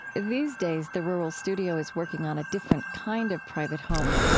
these days, the rural studio is working on a different kind of private home,